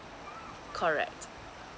correct